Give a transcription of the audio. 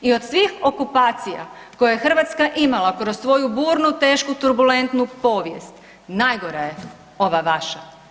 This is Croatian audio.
I od svih okupacija koje je Hrvatska imala kroz svoju burnu, tešku turbulentnu povijest najgora je ova vaša.